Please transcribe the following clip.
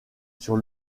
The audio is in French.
sur